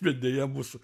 bet deja mūsų